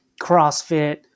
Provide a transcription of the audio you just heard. CrossFit